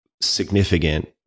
significant